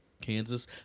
Kansas